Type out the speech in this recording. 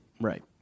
Right